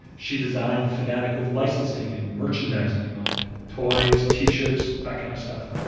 she designed the fanatic with licensing and merchandising in mind toys, t-shirts, that kind of stuff.